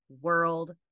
World